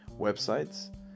websites